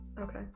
Okay